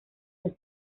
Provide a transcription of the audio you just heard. los